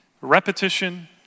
Repetition